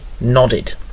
nodded